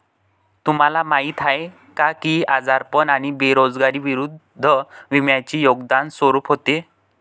तुम्हाला माहीत आहे का की आजारपण आणि बेरोजगारी विरुद्ध विम्याचे योगदान स्वरूप होते?